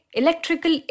electrical